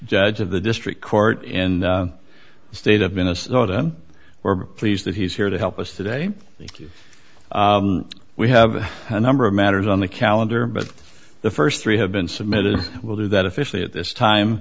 judge of the district court in the state of minnesota we're pleased that he's here to help us today because we have a number of matters on the calendar but the st three have been submitted we'll do that officially at this time